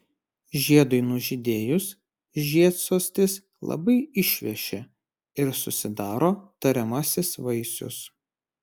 žiedui nužydėjus žiedsostis labai išveši ir susidaro tariamasis vaisius